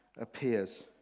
appears